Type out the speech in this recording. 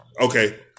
Okay